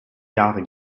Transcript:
jahre